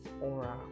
aura